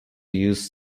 use